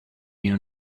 your